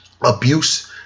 abuse